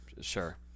Sure